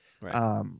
Right